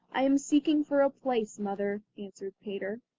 i am seeking for a place, mother answered peter.